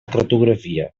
cartografia